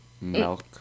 Milk